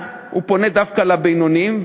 אז הוא פונה דווקא לבינוניים,